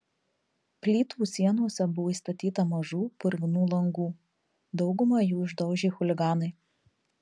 plytų sienose buvo įstatyta mažų purvinų langų daugumą jų išdaužė chuliganai